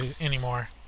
anymore